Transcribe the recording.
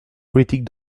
politique